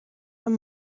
een